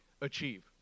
achieve